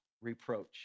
reproach